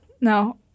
No